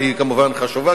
והיא כמובן חשובה,